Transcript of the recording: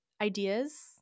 ideas